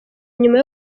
inyuma